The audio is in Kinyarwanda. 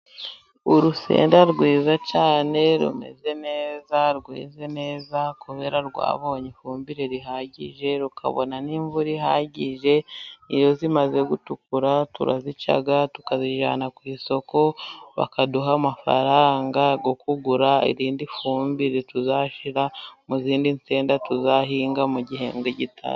Urusenda rwiza cyane rumeze neza, rweze neza kubera rwabonye ifumbire ihagije, rukabona n'imvura ihagije. Iyo zimaze gutukura turazica, tukazijyana ku isoko, bakaduha amafaranga yo kugura iyindi fumbire tuzashyira mu zindi nsenda, tuzahinga mu gihembwe gitaha.